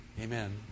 Amen